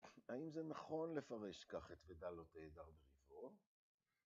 ‫האם זה נכון לפרש ככה ‫את "ודל לא תהדר בריבו"?